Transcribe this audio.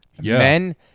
Men